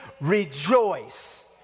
rejoice